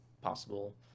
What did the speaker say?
possible